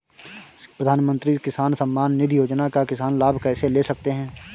प्रधानमंत्री किसान सम्मान निधि योजना का किसान लाभ कैसे ले सकते हैं?